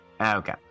Okay